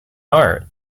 art